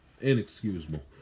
Inexcusable